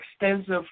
extensive